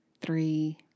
three